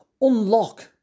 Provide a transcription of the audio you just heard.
unlock